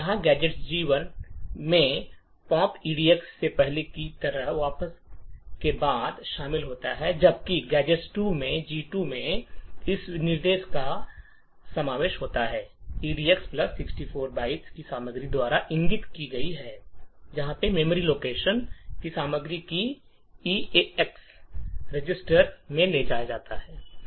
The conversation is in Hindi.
गैजेट G1 में पॉप एडक्स से पहले की तरह वापसी के बाद शामिल होता है जबकि गैजेट G2 में इस निर्देश का समावेश होता है जहां edx 64 बाइट्स की सामग्री द्वारा इंगित की गई मेमोरीलैक्शंस की सामग्री को ईरेक्स रजिस्टर में ले जाया जाता है